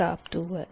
प्राप्त हुआ है